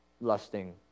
lusting